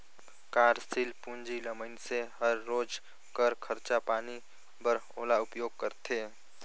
कारसील पूंजी ल मइनसे हर रोज कर खरचा पानी बर ओला उपयोग करथे